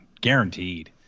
guaranteed